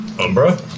Umbra